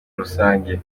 rusange